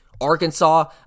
Arkansas